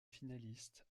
finaliste